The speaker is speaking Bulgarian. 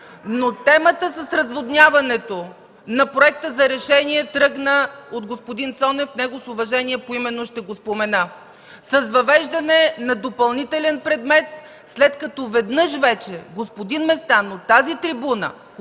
но темата с разводняването на проекта за решение тръгна от господин Цонев – него с уважение поименно ще го спомена, с въвеждане на допълнителен предмет, след като веднъж вече господин Местан от тази трибуна,